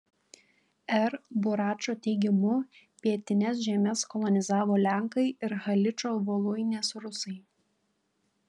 r buračo teigimu pietines žemes kolonizavo lenkai ir haličo voluinės rusai